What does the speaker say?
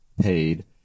paid